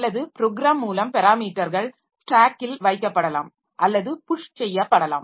அல்லது ப்ரோக்ராம் மூலம் பெராமீட்டர்கள் ஸ்டேக்கில் வைக்கப்படலாம் அல்லது புஷ் செய்யப்படலாம்